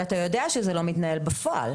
אתה יודע שזה לא מתנהל בפועל.